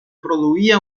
produïa